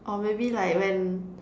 or maybe like when